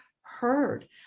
heard